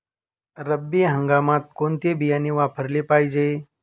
रब्बी हंगामात कोणते बियाणे वापरले पाहिजे?